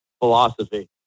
philosophy